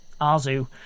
Azu